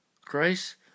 Christ